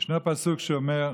יש פסוק שאומר: